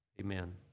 Amen